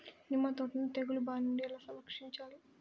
నిమ్మ తోటను తెగులు బారి నుండి ఎలా రక్షించాలి?